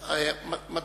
משיב?